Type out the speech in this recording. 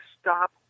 stop